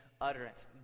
utterance